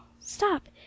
Stop